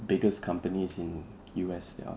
biggest companies in U_S they are